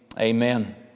Amen